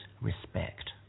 respect